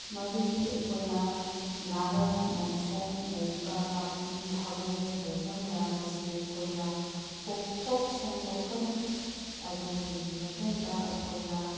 ꯃꯗꯨꯗꯤ ꯑꯩꯈꯣꯏꯅ ꯅꯥꯔꯛ ꯃꯣꯡꯁꯣꯡ ꯂꯩꯔꯤꯕ ꯅꯥꯄꯤ ꯍꯥꯕꯨꯡ ꯂꯩꯕ ꯃꯌꯥꯝ ꯑꯁꯤ ꯑꯩꯈꯣꯏꯅ ꯀꯣꯛꯊꯣꯛ ꯁꯦꯡꯗꯣꯛꯀꯅꯤ ꯑꯗꯨꯒꯤ ꯃꯇꯨꯡꯗ ꯑꯩꯈꯣꯏꯅ